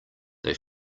they